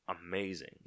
amazing